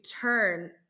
turn